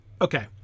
Okay